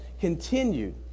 continued